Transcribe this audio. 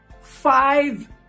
five